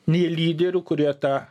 nei lyderių kurie tą